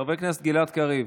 חבר הכנסת גלעד קריב,